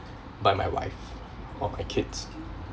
by my wife or my kids